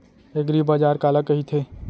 एगरीबाजार काला कहिथे?